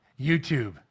YouTube